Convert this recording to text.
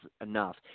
enough